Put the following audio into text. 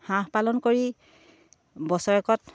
হাঁহ পালন কৰি বছৰেকত